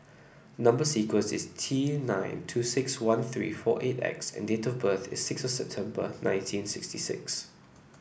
number sequence is T nine two six one three four eight X and date of birth is sixth September nineteen sixty six